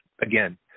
again